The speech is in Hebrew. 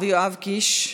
ויואב קיש,